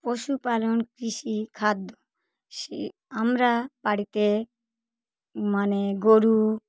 পশুপালন কৃষি খাদ্য শি আমরা বাড়িতে মানে গরু